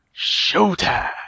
Showtime